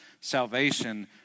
salvation